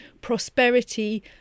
prosperity